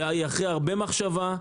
אחרי הרבה מחשבה,